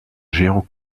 géant